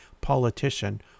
politician